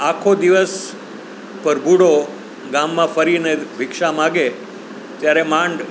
આખો દિવસ પરભુડો ગામમાં ફરીને ભિક્ષા માંગે ત્યારે માંડ